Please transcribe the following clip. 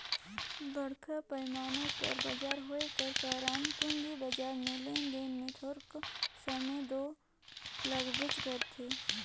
बड़खा पैमान कर बजार होए कर कारन पूंजी बजार में लेन देन में थारोक समे दो लागबेच करथे